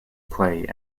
play